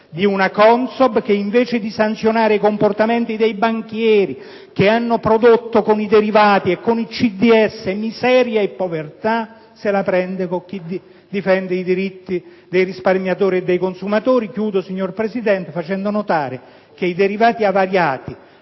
di una CONSOB che, invece di sanzionare i comportamenti dei banchieri che hanno prodotto con i derivati e con i CDS miseria e povertà, se la prende con chi difende i diritti dei risparmiatori e dei consumatori. Concludo, signor Presidente, facendo notare che i derivati avariati